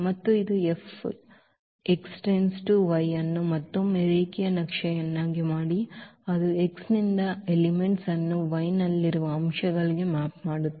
ಮತ್ತು ಇದು ಅನ್ನು ಮತ್ತೊಮ್ಮೆ ರೇಖೀಯ ನಕ್ಷೆಯನ್ನಾಗಿ ಮಾಡಿ ಅದು X ನಿಂದ ಎಲಿಮೆಂಟ್ಸ್ ಅನ್ನು Y ನಲ್ಲಿರುವ ಅಂಶಗಳಿಗೆ ಮ್ಯಾಪ್ ಮಾಡುತ್ತದೆ